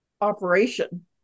operation